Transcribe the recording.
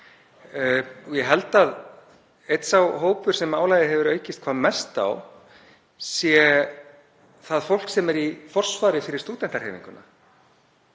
og ég held að einn sá hópur sem álagið hefur aukist hvað mest á sé það fólk sem er í forsvari fyrir stúdentahreyfinguna.